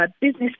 Business